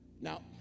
Now